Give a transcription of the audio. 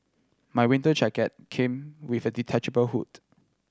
my winter jacket came with a detachable hood